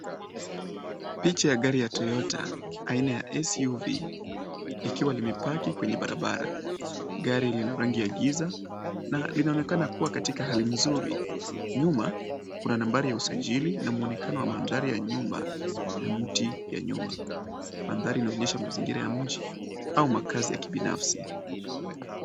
Picha ya gari ya Toyota, aina ya SUV, likiwa limepaki kwenye barabara. Gari lililo rangi ya giza na inaonekana kuwa katika hali mzuri. Nyuma kuna nambari ya usajili na muonekano wa mandhari ya nyumba na mti ya nyuma. Mandhari inaonyesha mazingira ya mji au makazi ya kibinafsi.